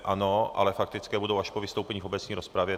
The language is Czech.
Ano, ale faktické budou až po vystoupení v obecné rozpravě.